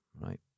Right